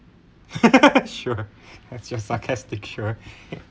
sure that's your sarcastic sure